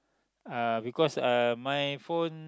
uh because uh my phone